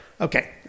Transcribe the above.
Okay